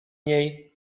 niej